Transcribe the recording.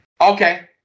Okay